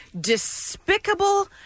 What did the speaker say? despicable